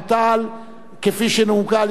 כפי שנומקה על-ידי חבר הכנסת דב חנין,